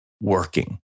working